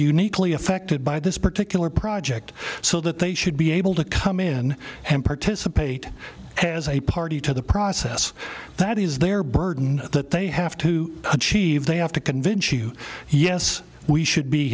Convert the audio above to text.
uniquely affected by this particular project so that they should be able to come in and participate as a party to the process that is their burden that they have to achieve they have to convince you yes we should be